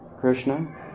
Krishna